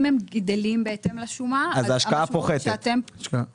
אם הם גדלים בהתאם לשומה אז המשמעות שאתם --- אז ההשקעה פוחתת.